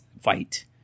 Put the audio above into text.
fight